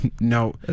No